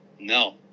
No